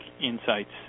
insights